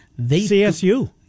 CSU